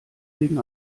wegen